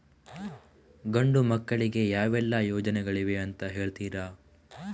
ಗಂಡು ಮಕ್ಕಳಿಗೆ ಯಾವೆಲ್ಲಾ ಯೋಜನೆಗಳಿವೆ ಅಂತ ಹೇಳ್ತೀರಾ?